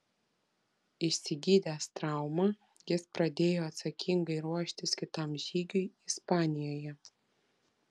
išsigydęs traumą jis pradėjo atsakingai ruoštis kitam žygiui ispanijoje